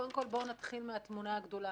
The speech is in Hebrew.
קודם כל בואו נתחיל מהתמונה הגדולה.